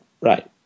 Right